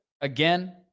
Again